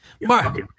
Mark